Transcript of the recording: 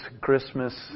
Christmas